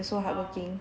!wow!